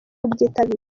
kubyitabira